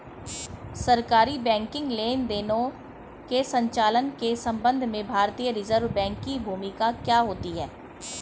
सरकारी बैंकिंग लेनदेनों के संचालन के संबंध में भारतीय रिज़र्व बैंक की भूमिका क्या होती है?